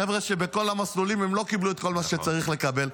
חבר'ה שבכל המסלולים הם לא קיבלו את כל מה שצריך לקבל,